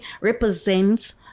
represents